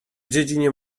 dziedzinie